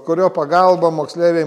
kurio pagalba moksleiviai